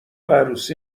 عروسی